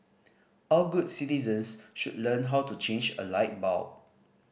all good citizens should learn how to change a light bulb